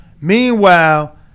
Meanwhile